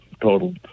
total